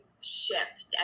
shift